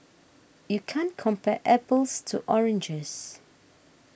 you can't compare apples to oranges